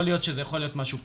יכול להיות שזה משהו פשוט,